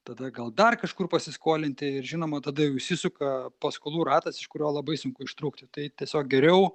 tada gal dar kažkur pasiskolinti ir žinoma tada jau įsisuka paskolų ratas iš kurio labai sunku ištrūkti tai tiesiog geriau